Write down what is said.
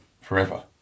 forever